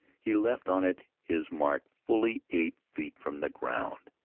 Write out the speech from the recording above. he left on it his mark fully eight feet from the ground.